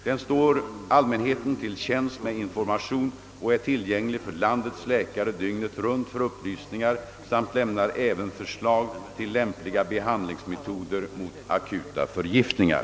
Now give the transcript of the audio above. Den står allmänheten till tjänst med information och är tillgänglig för landets läkare dygnet runt för upplysningar samt lämnar även förslag till lämpliga behandlingsmetoder mot akuta förgiftningar.